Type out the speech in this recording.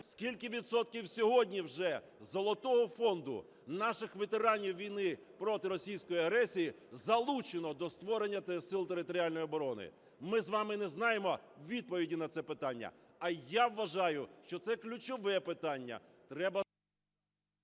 Скільки відсотків сьогодні вже золотого фонду наших ветеранів війни проти російської агресії залучено до створення Сил територіальної оборони? Ми з вами не знаємо відповіді на це питання. А я вважаю, що це ключове питання.